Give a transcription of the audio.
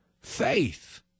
faith